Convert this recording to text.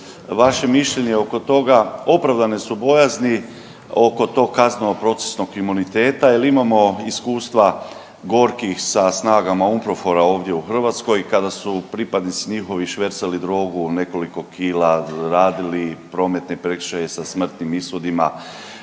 vaše mišljenje oko toga, opravdane su bojazni oko tog kazneno procesnog imuniteta jer imamo iskustva gorkih sa snagama UNPROFOR-a ovdje u Hrvatskoj kada su pripadnici njihovi švercali drogu nekoliko kila, radili prometne prekršaje sa smrtnim ishodima,